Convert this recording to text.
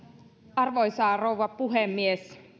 arvoisa rouva puhemies